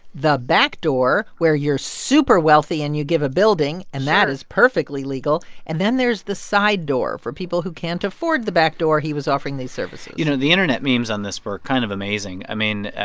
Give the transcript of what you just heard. the back door, where you're super-wealthy, and you give a building. sure and that is perfectly legal. and then there's the side door. for people who can't afford the back door, he was offering these services you know, the internet memes on this were kind of amazing, i mean,